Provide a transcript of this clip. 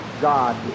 God